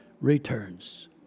returns